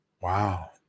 Wow